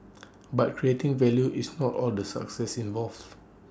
but creating value is not all the success involves